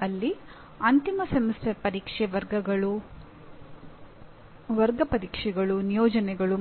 ಮತ್ತು ನಿರ್ಧಾರ ತೆಗೆದುಕೊಳ್ಳುವ ಈ ಪ್ರಕ್ರಿಯೆಯಲ್ಲಿ ನೀವು ಹಲವಾರು